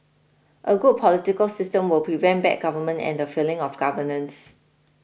a good political system will prevent bad government and the failing of governance